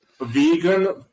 vegan